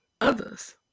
others